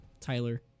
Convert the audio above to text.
Tyler